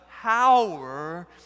power